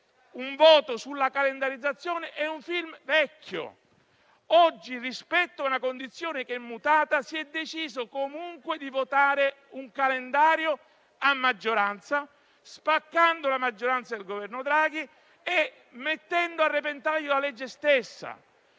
un voto sulla calendarizzazione, è vecchio. Oggi, rispetto a una condizione che è mutata, si è deciso comunque di votare il calendario, spaccando la maggioranza che sostiene il Governo Draghi e mettendo a repentaglio la legge stessa.